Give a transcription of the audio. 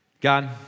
God